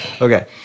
Okay